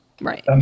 Right